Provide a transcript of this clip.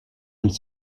elle